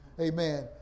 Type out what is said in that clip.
Amen